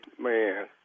Man